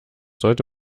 sollte